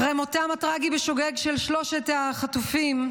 אחרי מותם הטרגי בשוגג של שלושת החטופים,